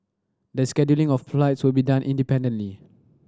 the scheduling of flights will be done independently